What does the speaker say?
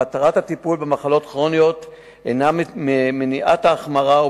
מטרת הטיפול במחלות כרוניות היא מניעת ההחמרה,